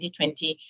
2020